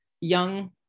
young